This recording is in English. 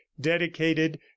dedicated